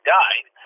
died